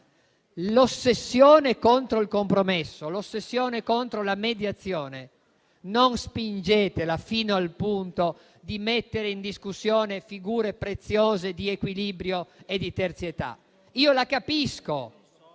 L'ossessione contro il compromesso e contro la mediazione non spingetela fino al punto di mettere in discussione figure preziose di equilibrio e di terzietà. Io la capisco,